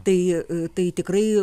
tai tai tikrai